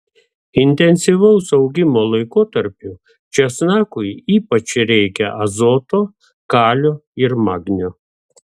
intensyvaus augimo laikotarpiu česnakui ypač reikia azoto kalio ir magnio